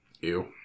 Ew